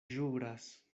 ĵuras